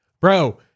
Bro